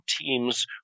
teams